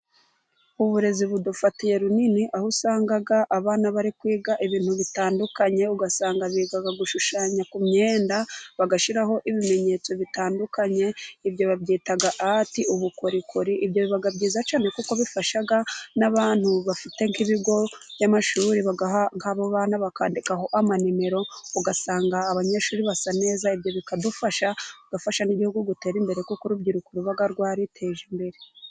Uburezi budufatiye runini aho usanga abana bari kwiga ibintu bitandukanye. Ugasanga biga gushushanya ku myenda, bagashyiraho ibimenyetso bitandukanye. Ibyo babyita Ati ubukorikori, ibyo biba byiza cyane kuko bifasha n'abantu bafite nk'ibigo by'amashuri bagaha nk'abo bana bakandikaho amanimero, ugasanga abanyeshuri basa neza. Ibyo bikadufasha gufasha n'Igihugu gutera imbere, kuko urubyiruko ruba rwariteje imbere.